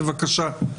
בבקשה.